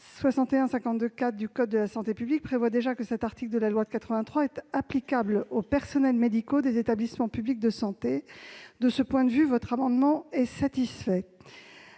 du code de la santé publique prévoit déjà que cet article de la loi précitée est applicable aux personnels médicaux des établissements publics de santé. De ce point de vue, cet amendement est satisfait.